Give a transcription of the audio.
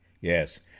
yes